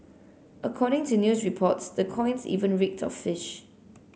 according to news reports the coins even reeked of fish